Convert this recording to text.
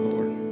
Lord